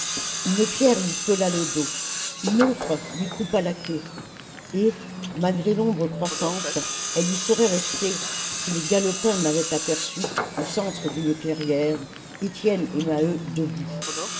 une pierre lui pela le dos une autre lui coupa la queue et malgré l'ombre croissante elle y serait restée si les galopins n'avaient aperçu au centre d'une clairière étienne et maheu debout